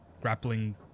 grappling